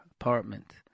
apartment